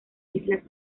islas